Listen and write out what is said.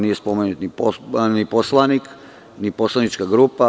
Nije spomenut ni poslanik ni poslanička grupa.